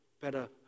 better